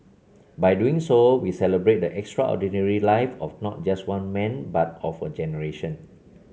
by doing so we celebrate the extraordinary life of not just one man but of a generation